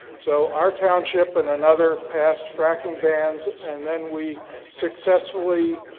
so our township and another past fracking bans. and then we successfully,